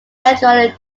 gradually